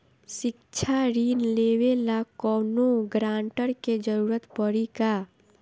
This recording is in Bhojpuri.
शिक्षा ऋण लेवेला कौनों गारंटर के जरुरत पड़ी का?